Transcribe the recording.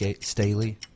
Staley